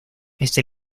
este